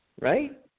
Right